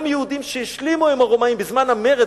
גם יהודים שהשלימו עם הרומאים בזמן המרד,